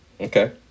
okay